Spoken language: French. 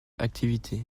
activité